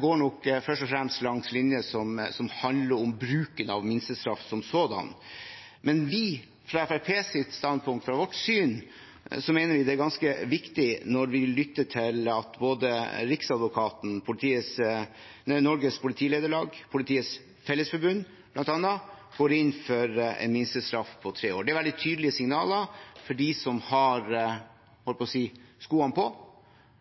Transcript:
går nok først og fremst langs linjer som handler om bruken av minstestraff som sådan. Fremskrittspartiets standpunkt er at vi mener dette er ganske viktig, og vi har lyttet til både Riksadvokaten, Norges Politilederlag og Politiets Fellesforbund, som går inn for en minstestraff på tre år. Det er veldig tydelige signaler til dem som har skoene på, at vi i disse to partiene,